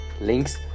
links